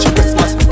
Christmas